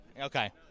Okay